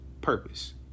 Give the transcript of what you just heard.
purpose